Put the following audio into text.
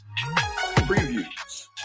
previews